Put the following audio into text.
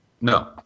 No